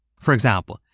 for example,